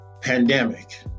pandemic